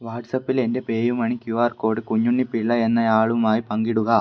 വാട്ട്സപ്പിൽ എൻ്റെ PayUmoney Q R code Kunjunni Pillai എന്നയാളുമായി പങ്കിടുക